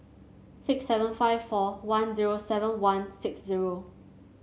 six seven five four one zero seven one six zero